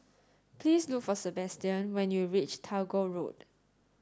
please look for Sebastian when you reach Tagore Road